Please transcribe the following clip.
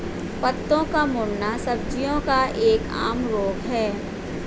पत्तों का मुड़ना सब्जियों का एक आम रोग है